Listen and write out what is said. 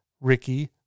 Ricky